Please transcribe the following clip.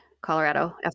Colorado